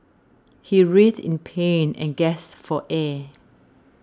he writhed in pain and gasped for air